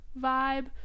vibe